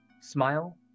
smile